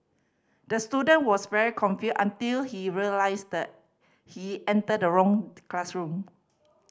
the student was very confused until he realised he entered the wrong classroom